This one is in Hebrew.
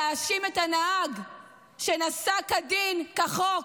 להאשים את הנהג שנסע כדין, כחוק,